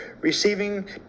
receiving